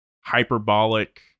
hyperbolic